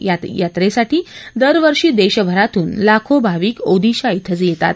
या यात्रेसाठी दरवर्षी देशभरातून लाखो भाविक ओदिशा थिं येतात